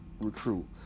recruit